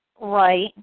Right